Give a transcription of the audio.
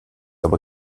aber